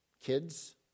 kids